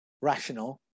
rational